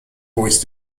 voice